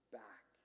back